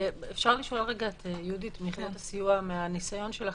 אפשר לשאול את יהודית מיחידת הסיוע מהניסיון שלכם,